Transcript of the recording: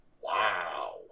Wow